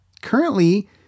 Currently